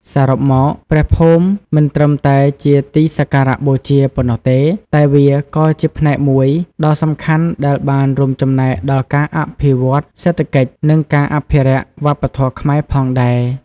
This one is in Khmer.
សរុបមក ព្រះភូមិមិនត្រឹមតែជាទីសក្ការៈបូជាប៉ុណ្ណោះទេ តែវាក៏ជាផ្នែកមួយដ៏សំខាន់ដែលបានរួមចំណែកដល់ការអភិវឌ្ឍសេដ្ឋកិច្ច និងការអភិរក្សវប្បធម៌ខ្មែរផងដែរ។